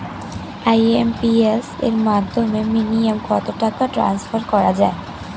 IMPS এর মাধ্যমে minimum কত টাকা ট্রান্সফার করা যায়?